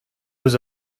was